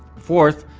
fourth,